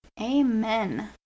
Amen